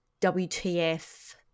WTF